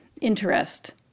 interest